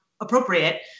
appropriate